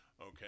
Okay